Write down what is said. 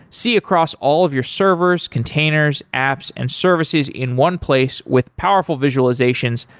see across all of your servers, containers, apps and services in one place with powerful visualizations,